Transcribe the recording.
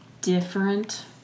different